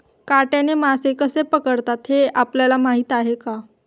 काट्याने मासे कसे पकडतात हे आपल्याला माहीत आहे का?